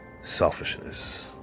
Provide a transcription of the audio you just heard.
selfishness